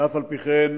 ואף-על-פי-כן